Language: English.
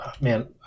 man